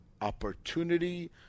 opportunity